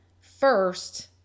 first